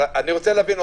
אני רוצה להבין,